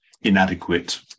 inadequate